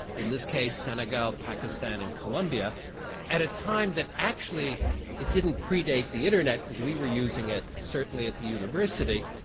in this case senegal, pakistan and columbia at a time that actually it didn't predate the internet because we were using it certainly at the university,